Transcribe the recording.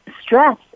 stress